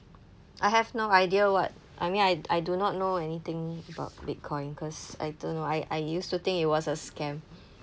I have no idea what I mean I I do not know anything about bitcoin cause I don't know I I used to think it was a scam